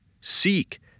Seek